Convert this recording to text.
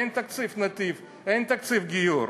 אין תקציב "נתיב", אין תקציב גיור.